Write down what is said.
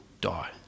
die